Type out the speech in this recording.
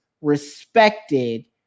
respected